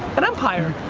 an empire,